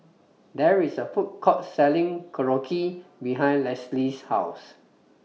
There IS A Food Court Selling Korokke behind Leslee's House